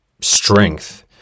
strength